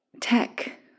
tech